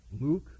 Luke